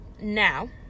Now